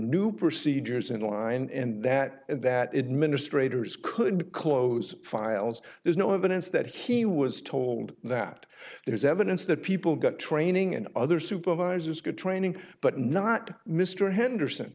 new procedures in line and that and that it ministre toure's could close files there's no evidence that he was told that there's evidence that people got training and other supervisors good training but not mr henderson